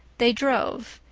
they drove,